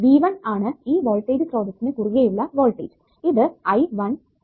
V1 ആണ് ഈ voltage സ്രോതസ്സിനു കുറുകെ ഉള്ള വോൾടേജ് ഇത് I 1